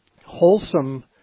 wholesome